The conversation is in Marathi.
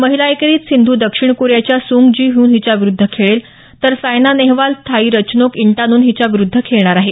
माहिला एकेरीत सिंधू दक्षिण कोरियाच्या सूंग जी हून हिच्या विरुद्ध खेळेल तर Saina Nehwal Thai Ratchanok Intanon हिच्या विरुद्ध खेळेल